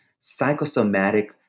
psychosomatic